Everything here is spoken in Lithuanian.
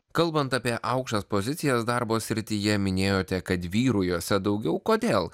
kalbant apie aukštas pozicijas darbo srityje minėjote kad vyrų juose daugiau kodėl